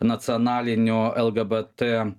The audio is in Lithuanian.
nacionalinio lgbt